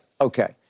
okay